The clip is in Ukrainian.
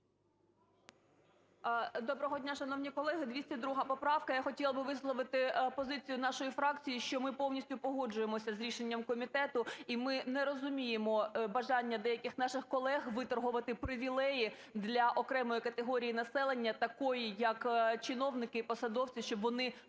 Доброго дня, шановні колеги. 202 поправка. Я хотіла би висловити позицію нашої фракції, що ми повністю погоджуємося з рішенням комітету, і ми не розуміємо бажання деяких наших колег виторгувати привілеї для окремої категорії населення такої як чиновники і посадовці, щоб вони могли